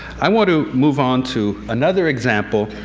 i want to move on to another example,